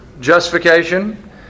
justification